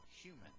human